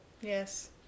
Yes